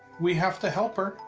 we have to help her.